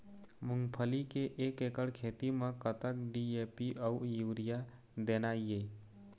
मूंगफली के एक एकड़ खेती म कतक डी.ए.पी अउ यूरिया देना ये?